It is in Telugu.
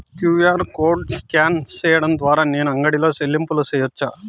క్యు.ఆర్ కోడ్ స్కాన్ సేయడం ద్వారా నేను అంగడి లో చెల్లింపులు సేయొచ్చా?